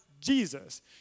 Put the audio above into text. Jesus